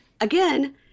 again